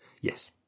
Yes